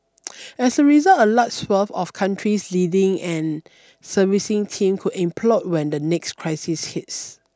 as a result a large swathe of country's leading and servicing team could implode when the next crisis hits